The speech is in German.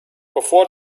bevor